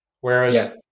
whereas